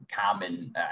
common